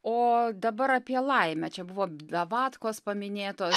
o dabar apie laimę čia buvo davatkos paminėtos